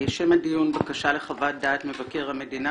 שם הדיון: בקשה לחוות דעת מבקר המדינה